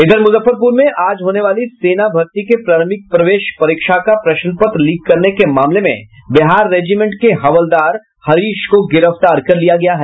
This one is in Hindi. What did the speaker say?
इधर मुजफ्फरपुर में आज होने वाली सेना भर्ती के प्रारंभिक प्रवेश परीक्षा का प्रश्नपत्र लीक करने के मामले में बिहार रेजिमेंट के हवलदार हरीश को गिरफ्तार किया गया है